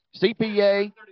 CPA